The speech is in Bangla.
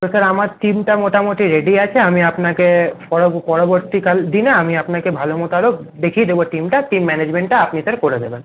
তো স্যার আমার টিমটা মোটামোটি রেডি আছে আমি আপনাকে পরবর্তীকাল দিনে আমি আপনাকে ভালো মতো আরও দেখিয়ে দেবো টিমটা টিম ম্যানেজমেন্টটা আপনি স্যার করে দেবেন